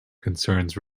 concerns